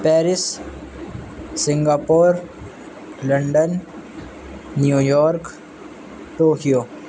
Paris Singapore London New York Tokyo